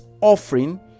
offering